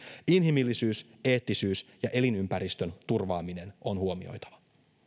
inhimillisyys eettisyys ja elinympäristön turvaaminen on huomioitava